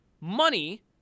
money